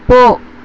போ